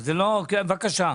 בבקשה.